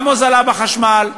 גם הוזלה בחשמל,